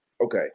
Okay